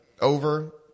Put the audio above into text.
over